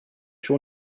schon